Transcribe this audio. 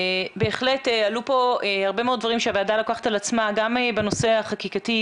בהחלט עלו פה הרבה מאוד דברים שהוועדה לוקחת על עצמה גם בנושא החקיקתי,